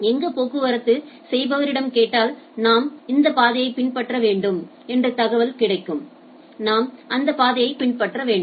எங்க போக்குவரத்து செய்பவரிடம் கேட்டால்நாம் இந்த பாதையை பின்பற்ற வேண்டும் என்ற தகவல்கள் இருக்கும் நாம் அந்த பாதையை பின்பற்ற வேண்டும்